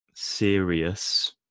serious